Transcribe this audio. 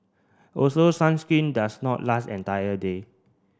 also sunscreen does not last entire day